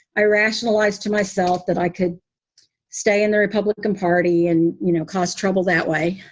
i rationalized to myself that i could stay in the republican party and you know cause trouble that way.